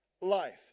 life